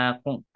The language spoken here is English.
kung